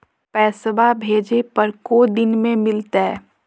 पैसवा भेजे पर को दिन मे मिलतय?